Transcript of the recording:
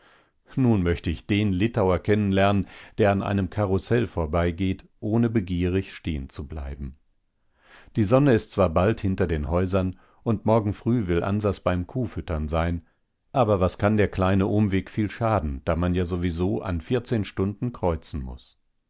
nun möchte ich den litauer kennenlernen der an einem karussell vorbeigeht ohne begierig stehenzubleiben die sonne ist zwar bald hinter den häusern und morgen früh will ansas beim kuhfüttern sein aber was kann der kleine umweg viel schaden da man ja sowieso an vierzehn stunden kreuzen muß